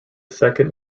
second